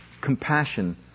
Compassion